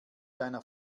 deiner